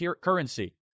currency